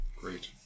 great